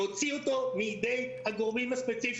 חייבים להוציא את הדבר הזה מידי הגורמים הספציפיים.